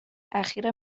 اخیر